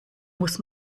muss